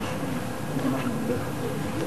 והבה.